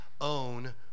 own